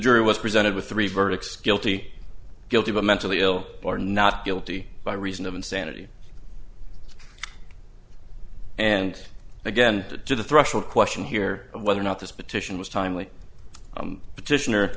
jury was presented with three verdicts guilty guilty but mentally ill or not guilty by reason of insanity and again to the threshold question here whether or not this petition was timely petition